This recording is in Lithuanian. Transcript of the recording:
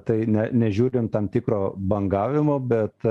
tai ne nežiūrint tam tikro bangavimo bet